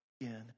again